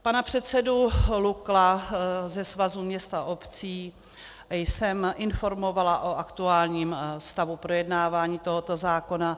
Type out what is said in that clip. Pana předsedu Lukla ze Svazu měst a obcí jsem informovala o aktuálním stavu projednávání tohoto zákona.